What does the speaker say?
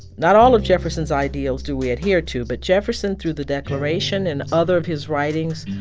not all of jefferson's ideals do we adhere to. but jefferson, through the declaration and other of his writings,